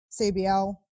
cbl